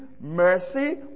Mercy